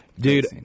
Dude